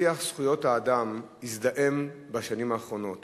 שיח זכויות האדם הזדהם בשנים האחרונות